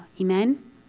Amen